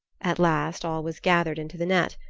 at last all was gathered into the net,